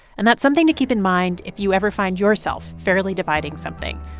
and that's something to keep in mind if you ever find yourself fairly dividing something.